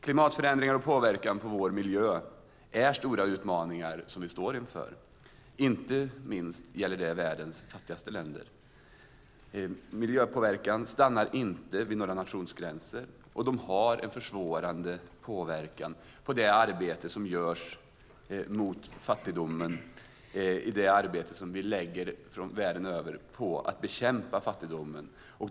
Klimatförändringar och påverkan på vår miljö är stora utmaningar. Det gäller inte minst världens fattigaste länder. Miljöpåverkan stannar inte vid några nationsgränser och den försvårar det arbete som vi gör världen över för att bekämpa fattigdomen.